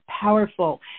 powerful